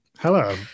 Hello